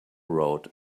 road